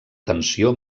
tensió